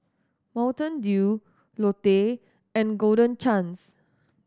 Mountain Dew Lotte and Golden Chance